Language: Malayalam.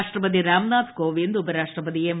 രാഷ്ട്രപതി രാംനാഥ് കോവിന്ദ് ഉപരാഷ്ട്രപതി എം